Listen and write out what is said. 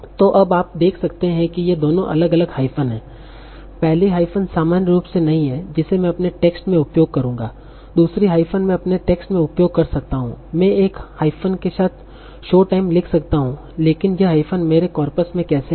तो अब आप देख सकते हैं कि ये दोनों अलग अलग हाइफ़न हैं पहली हाइफ़न सामान्य रूप से नहीं है जिसे मैं अपने टेक्स्ट में उपयोग करूंगा दूसरी हाइफ़न मैं अपने टेक्स्ट में उपयोग कर सकता हूं मैं एक हाइफ़न के साथ शो टाइम लिख सकता हूं लेकिन यह हाइफ़न मेरे कॉर्पस में कैसे आई